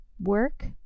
work